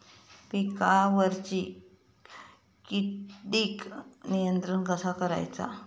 पिकावरची किडीक नियंत्रण कसा करायचा?